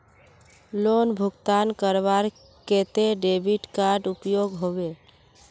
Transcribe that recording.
Loan भुगतान करवार केते डेबिट कार्ड उपयोग होबे?